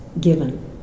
given